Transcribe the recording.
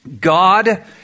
God